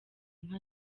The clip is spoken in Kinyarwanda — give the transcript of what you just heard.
inka